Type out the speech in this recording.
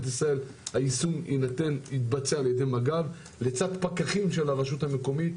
ישראל היישום יתבצע על ידי מג"ב - לצד פקחים של הרשות המקומית.